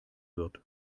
wird